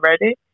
ready